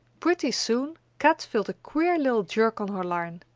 pretty soon kat felt a queer little jerk on her line.